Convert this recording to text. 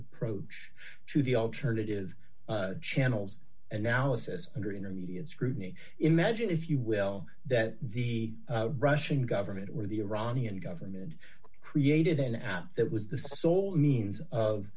probe to the alternative channels analysis under intermediate scrutiny imagine if you will that the russian government or the iranian government created an app that was the sole means of